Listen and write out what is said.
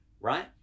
right